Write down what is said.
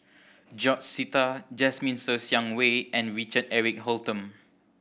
George Sita Jasmine Ser Xiang Wei and Richard Eric Holttum